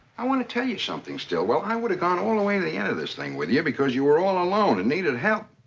i wanna tell you something, stillwell. i would've gone all the way to the end of this thing with you because you were all alone and needed help.